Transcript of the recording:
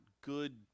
good